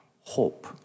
hope